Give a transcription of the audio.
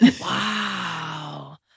Wow